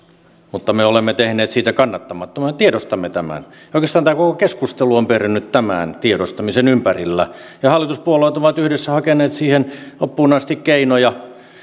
mutta me olemme tehneet siitä kannattamattoman tiedostamme tämän ja oikeastaan tämä koko keskustelu on pyörinyt tämän tiedostamisen ympärillä ja hallituspuolueet ovat yhdessä hakeneet siihen loppuun asti keinoja